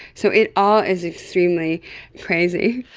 so it all is extremely crazy.